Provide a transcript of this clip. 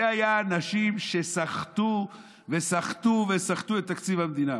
האנשים שסחטו וסחטו וסחטו את תקציב המדינה.